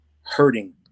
hurting